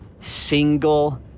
single